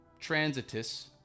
Transitus